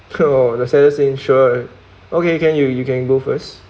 [ho] that's why seem sure okay can you you can go first